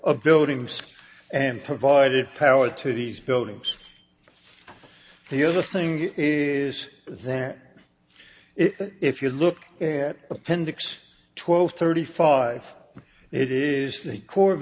of building schools and provided power to these buildings the other thing is that it if you look at appendix twelve thirty five it is the corps of